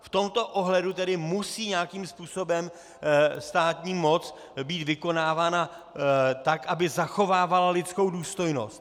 V tomto ohledu tedy musí nějakým způsobem státní moc být vykonávána tak, aby zachovávala lidskou důstojnost.